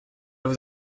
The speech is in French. vous